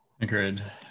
Agreed